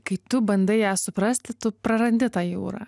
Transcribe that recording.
kai tu bandai ją suprasti tu prarandi tą jūrą